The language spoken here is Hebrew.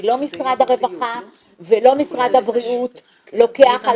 כי לא משרד הרווחה ולא משרד הבריאות לוקחים